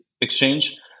exchange